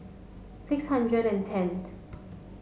six hundred and tent